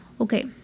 okay